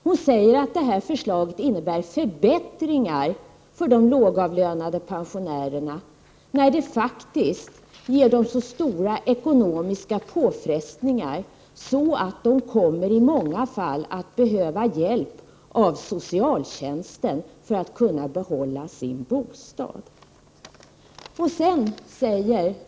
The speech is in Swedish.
Hon säger att detta förslag innebär förbättringar för de lågavlönade pensionärerna, när det faktiskt innebär så stora ekonomiska påfrestningar för dem att de i många fall kommer att behöva hjälp av socialtjänsten för att kunna behålla sin bostad.